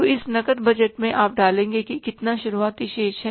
तो इस नकद बजट में आप डालेंगे कि कितना शुरुआती शेष है